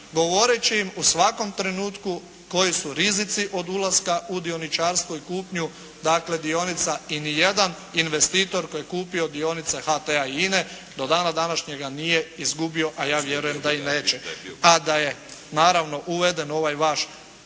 govoreći im u svakom trenutku koji su rizici od ulaska u dioničarstvo i kupnju dionica. I ni jedan investitor koji je kupio dionice HT-a i INA-e, do dana današnjega nije izgubio, a ja vjerujem da i neće. A da je naravno uveden ovaj vaš